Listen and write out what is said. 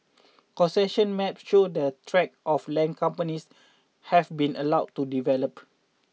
concession maps show the tracts of land companies have been allowed to develop